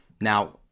Now